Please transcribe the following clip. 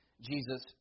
Jesus